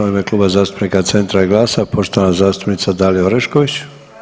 U ime Kluba zastupnika CENTRA i GLAS-a poštovana zastupnica Dalija Orešković.